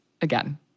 Again